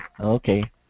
Okay